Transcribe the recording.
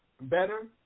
Better